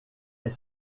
est